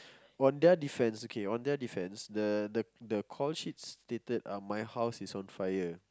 on their defence okay on their defence the the the call sheet stated um my house is on fire